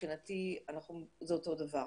מבחינתי זה אותו דבר.